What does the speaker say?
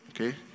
Okay